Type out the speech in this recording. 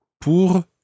pour